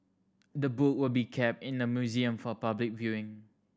the book will be kept in the museum for public viewing